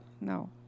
No